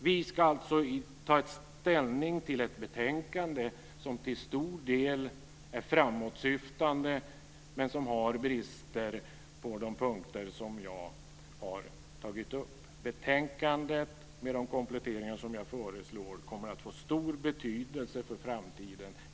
Vi ska alltså ta ställning till ett betänkande som till stor del är framåtsyftande men som har bister på de punkter som jag har tagit upp. Betänkandet, med de kompletteringar som jag föreslår, kommer att få stor betydelse för framtiden.